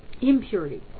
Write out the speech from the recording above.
impurity